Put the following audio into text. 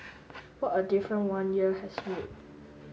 what a difference one year has made